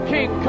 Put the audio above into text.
King